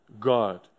God